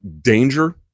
danger